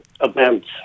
events